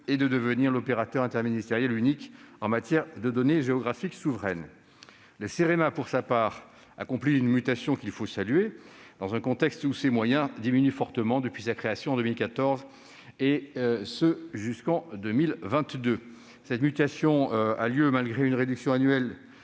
est de devenir l'opérateur interministériel unique en matière de données géographiques souveraines. Le Cerema, pour sa part, accomplit une mutation qu'il faut saluer, dans un contexte de forte diminution de ses moyens depuis sa création en 2014 et jusqu'en 2022. Cette mutation a lieu malgré une réduction annuelle